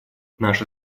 наша